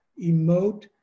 emote